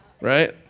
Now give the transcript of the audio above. Right